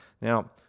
Now